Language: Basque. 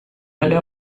alea